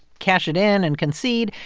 cash it in and concede.